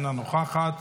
אינה נוכחת,